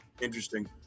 interesting